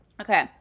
Okay